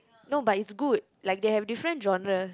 no but it's good like they have different genres